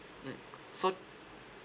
mm so